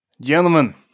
Gentlemen